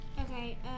Okay